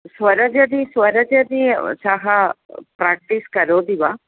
स्वरजदि स्वरजदि सः प्राक्टिस् करोति वा